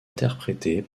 interprétée